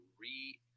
re-